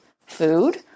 food